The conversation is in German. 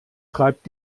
treibt